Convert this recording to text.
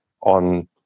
on